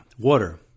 water